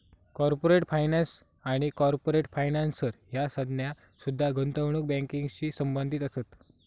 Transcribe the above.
corporate finance आणि corporate financer ह्या संज्ञा सुद्धा गुंतवणूक बँकिंगशी संबंधित असत